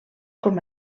com